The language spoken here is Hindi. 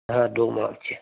हाँ दो मार्च